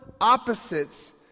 opposites